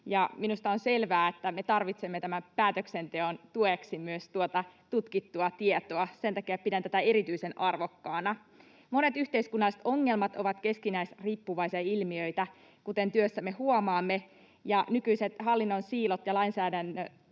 Minusta on selvää, että me tarvitsemme päätöksenteon tueksi myös tuota tutkittua tietoa, sen takia pidän tätä erityisen arvokkaana. Monet yhteiskunnalliset ongelmat ovat keskinäisriippuvaisia ilmiöitä, kuten työssämme huomaamme, ja nykyiset hallinnon siilot ja lainsäädännön